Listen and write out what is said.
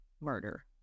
murder